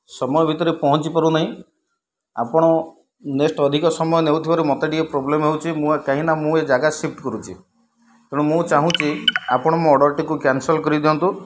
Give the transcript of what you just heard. ସମୟ ଭିତରେ ପହଞ୍ଚି ପାରୁନାହିଁ ଆପଣ ନେକ୍ସଟ୍ ଅଧିକ ସମୟ ନେଉଥିବାରୁ ମୋତେ ଟିକିଏ ପ୍ରୋବ୍ଲେମ୍ ହେଉଛି ମୁଁ କାହିଁକିନା ମୁଁ ଏ ଜାଗା ସିଫ୍ଟ୍ କରୁଛି ତେଣୁ ମୁଁ ଚାହୁଁଛି ଆପଣ ମୋ ଅର୍ଡ଼ର୍ଟିକୁ କ୍ୟାନ୍ସେଲ୍ କରିଦିଅନ୍ତୁ